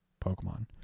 Pokemon